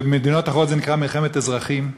במדינות אחרות זה נקרא מלחמת אזרחים,